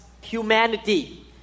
humanity